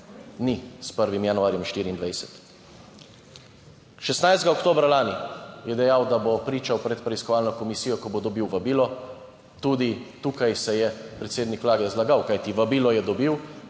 bilo s 1. januarjem 2024. 16. oktobra lani je dejal, da bo pričal pred preiskovalno komisijo, ko bo dobil vabilo. Tudi tukaj se je predsednik Vlade zlagal, kajti vabilo je dobil,